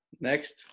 Next